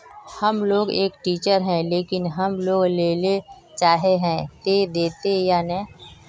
हम एक टीचर है लेकिन हम लोन लेले चाहे है ते देते या नय?